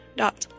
dot